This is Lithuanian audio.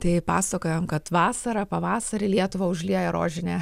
tai pasakojam kad vasarą pavasarį lietuvą užlieja rožinė